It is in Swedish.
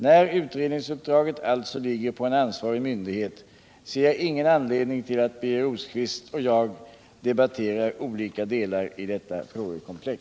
När utredningsuppdraget alltså ligger på en ansvarig myndighet ser jag inte anledning till att Birger Rosqvist och jag debatterar olika delar i detta frågekomplex.